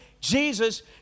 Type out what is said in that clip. Jesus